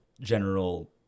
General